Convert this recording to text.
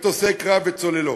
מטוסי קרב וצוללות,